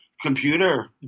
computer